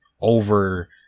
over